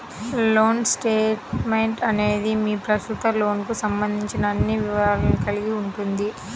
loan statement అనేది మీ ప్రస్తుత లోన్కు సంబంధించిన అన్ని వివరాలను కలిగి ఉంటుంది